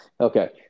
Okay